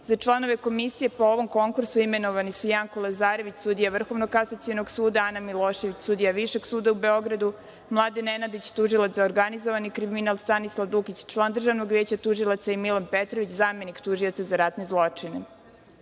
Za članove komisije po ovom konkursu imenovani su Janko Lazarević, sudija Vrhovnog kasacionog suda, Ana Milošević, sudija Višeg suda u Beogradu, Mladen Nenadić, Tužilac za organizovani kriminal, Stanislav Dukić, član Državnog veća tužilaca, i Milan Petrović, zamenik Tužioca za ratne zločine. Komisija